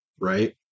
right